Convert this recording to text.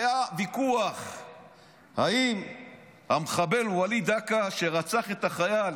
היה ויכוח אם המחבל וליד דקה, שרצח את החייל